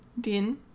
din